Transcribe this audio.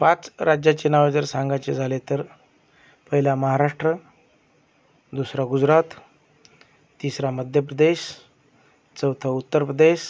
पाच राज्याची नावे जर सांगायचे झाले तर पहिला महाराष्ट्र दुसरा गुजरात तिसरा मध्य प्रदेश चौथा उत्तर प्रदेश